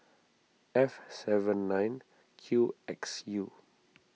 F seven nine Q X U